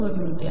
बनवू द्या